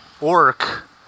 orc